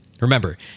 Remember